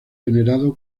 venerado